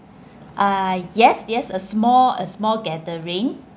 ah yes yes a small a small gathering